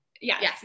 Yes